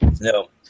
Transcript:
No